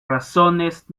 razones